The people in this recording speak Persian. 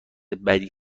بدی